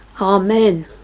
amen